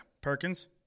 Perkins